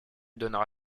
donnera